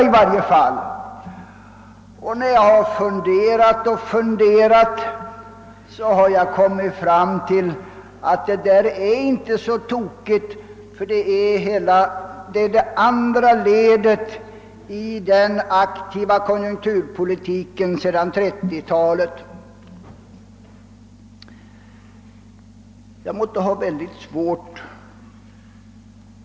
Efter att ha funderat har jag kommit fram till att den metoden inte är så tokig, ty den utgör det andra ledet i den aktiva konjunkturpolitik som drivits sedan 1930-talet.